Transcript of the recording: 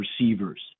receivers